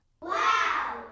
Wow